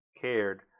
cared